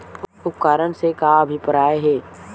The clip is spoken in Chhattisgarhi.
उपकरण से का अभिप्राय हे?